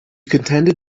contended